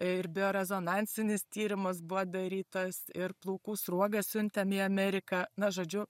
ir biorezonansinis tyrimas buvo darytas ir plaukų sruogas siuntėm į ameriką na žodžiu